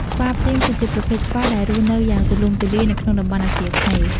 ស្វាព្រាហ្មណ៍ គឺជាប្រភេទស្វាដែលរស់នៅយ៉ាងទូលំទូលាយនៅក្នុងតំបន់អាស៊ីអាគ្នេយ៍។